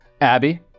Abby